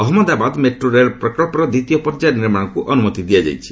Ahmedabad metro ରେଳ ପ୍ରକ୍ସର ଦ୍ୱିତୀୟ ପର୍ଯ୍ୟାୟ ନିର୍ମାଣକୁ ଅନୁମତି ଦିଆଯାଇଛି